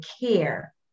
care